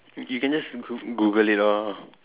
y~ you can just goo~ Google it or